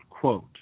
quote